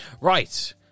Right